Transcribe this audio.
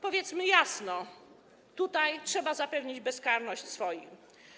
Powiedzmy jasno: Tutaj trzeba zapewnić bezkarność swoim.